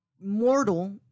mortal